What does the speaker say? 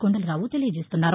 కొండలరావు తెలియజేస్తున్నారు